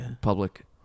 public